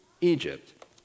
Egypt